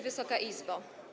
Wysoka Izbo!